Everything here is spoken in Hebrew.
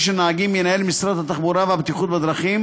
של נהגים ינהל משרד התחבורה והבטיחות בדרכים.